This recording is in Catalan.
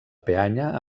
peanya